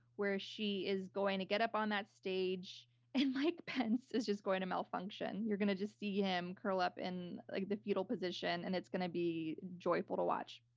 where she is going to get up on that stage and mike pence is just going to malfunction. you're going to just see him curl up in like the fetal position and it's going to be joyful to watch.